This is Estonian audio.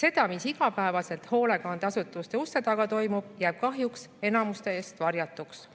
See, mis igapäevaselt hoolekandeasutuste uste taga toimub, jääb kahjuks enamiku eest varjatuks.